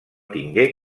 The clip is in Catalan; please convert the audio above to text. tingué